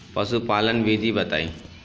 पशुपालन विधि बताई?